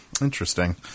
Interesting